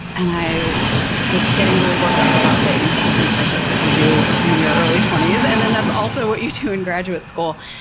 and i was getting really worked up about things, because in part that's what you do in your early twenties, and then that's also what you do in graduate school.